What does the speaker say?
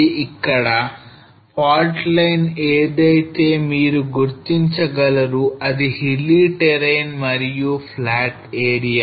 ఇది ఇక్కడ fault line ఏదైతే మీరు గుర్తించగలరు అది hilly terrain మరియు flat area